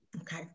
Okay